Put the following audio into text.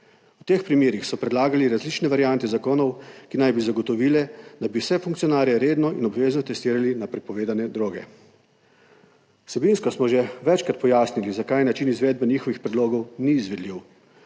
V teh primerih so predlagali različne variante zakonov, ki naj bi zagotovile, da bi vse funkcionarje redno in obvezno testirali na prepovedane droge. Vsebinsko smo že večkrat pojasnili, zakaj način izvedbe njihovih predlogov ni izvedljiv.